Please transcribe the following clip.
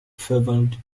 favored